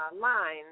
lines